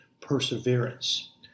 perseverance